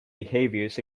behaviors